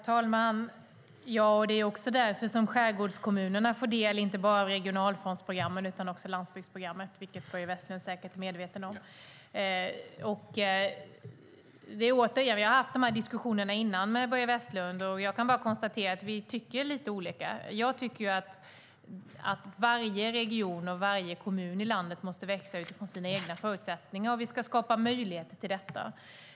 Herr talman! Det är också därför som skärgårdskommunerna får del av inte bara regionalfondsprogrammen utan också landsbygdsprogrammet, vilket Börje Vestlund säkert är medveten om. Jag och Börje Vestlund har haft de här diskussionerna innan, och jag kan bara konstatera att vi tycker lite olika. Jag tycker att varje region och varje kommun i landet måste växa utifrån sina egna förutsättningar. Och vi ska skapa möjligheter till detta.